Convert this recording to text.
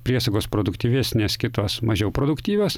priesagos produktyvesnės kitos mažiau produktyvios